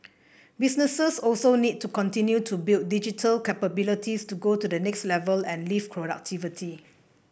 businesses also need to continue to build digital capabilities to go to the next level and lift productivity